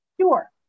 Sure